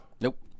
Nope